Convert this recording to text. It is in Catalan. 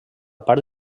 part